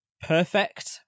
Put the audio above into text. perfect